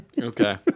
Okay